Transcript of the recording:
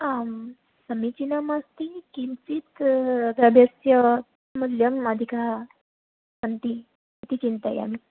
आं समीचीनमस्ति किञ्चिद् द्रव्यस्य मूल्यम् अधिकम् सन्ति इति चिन्तयामि